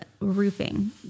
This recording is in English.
roofing